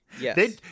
Yes